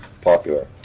popular